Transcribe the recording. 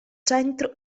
centro